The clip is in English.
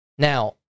Now